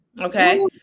Okay